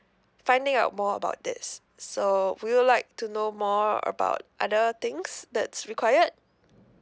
finding out more about this so would you like to know more about other things that's required